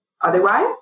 otherwise